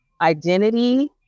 identity